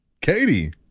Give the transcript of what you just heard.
Katie